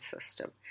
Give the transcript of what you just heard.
system